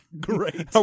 Great